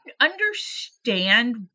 understand